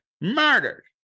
murdered